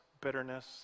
bitterness